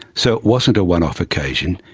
so it wasn't a one-off occasion,